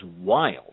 wild